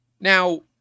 Now